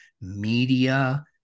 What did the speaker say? media